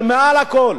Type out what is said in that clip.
אבל מעל לכול,